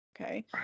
Okay